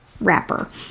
wrapper